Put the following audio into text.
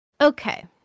Okay